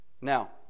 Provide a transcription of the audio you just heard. Now